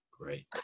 Great